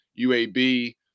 UAB